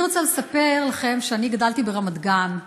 אני רוצה לספר לכם שגדלתי ברמת גן,